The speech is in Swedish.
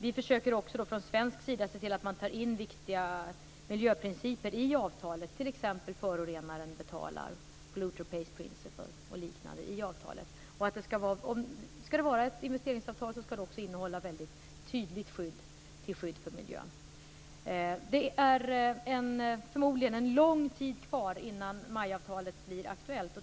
Vi försöker från svensk sida se till att man tar in viktiga miljöprinciper i avtalet, t.ex. principen att förorenaren betalar och liknande. Skall det vara ett investeringsavtal skall det också innehålla väldigt tydligt skydd för miljön. Det är förmodligen en lång tid kvar innan MAI avtalet blir aktuellt.